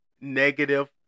negative